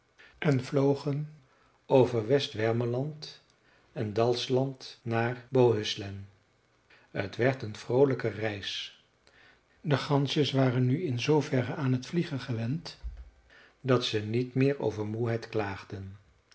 en vlogen over west wermeland en dalsland naar bohuslän t werd een vroolijke reis de gansjes waren nu in zoover aan t vliegen gewend dat ze niet meer over moeheid klaagden